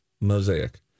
mosaic